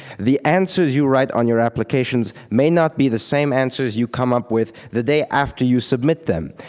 the answers you right on your applications may not be the same answers you come up with the day after you submit them.